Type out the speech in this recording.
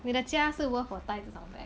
你的家是 worth 我 time 找 bag